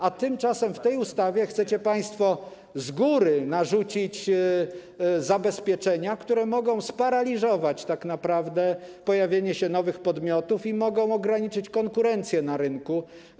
A tymczasem w tej ustawie chcecie państwo z góry narzucić zabezpieczenia, które mogą wpłynąć paraliżująco na pojawienie się nowych podmiotów i mogą ograniczyć konkurencję na rynku.